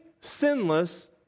sinless